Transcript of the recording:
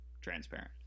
transparent